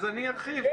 אז אני ארחיב.